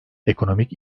ekonomik